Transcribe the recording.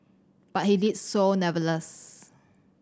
but he did so never less